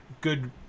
good